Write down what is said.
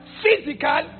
physical